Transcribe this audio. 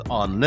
on